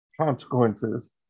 consequences